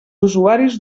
usuaris